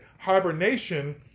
hibernation